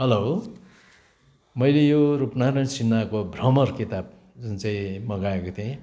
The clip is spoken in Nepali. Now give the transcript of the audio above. हेलो मैले यो रूपनारायन सिंहको भ्रमर किताब जुन चाहिँ मगाएको थिएँ